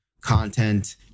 content